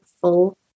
full